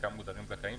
שחלקם מוגדרים זכאים,